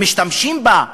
משתמשים בה.